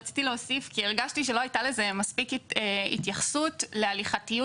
רציתי להוסיף כי הרגשתי שלא הייתה לזה מספיק התייחסות להליכתיות.